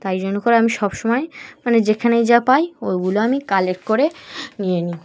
তাই জন্য করে আমি সব সমময় মানে যেখানেই যা পাই ওইগুলো আমি কালেক্ট করে নিয়ে নিই